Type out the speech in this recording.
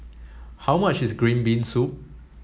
how much is green bean soup